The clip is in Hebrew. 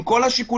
עם כל השיקולים,